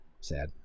sad